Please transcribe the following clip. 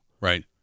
Right